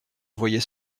voyez